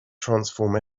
transform